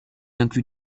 inclut